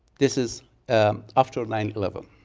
this is after nine eleven.